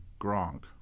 Gronk